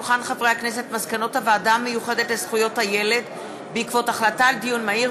מסקנות הוועדה המיוחדת לזכויות הילד בעקבות דיון מהיר